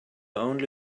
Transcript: only